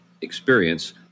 experience